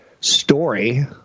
story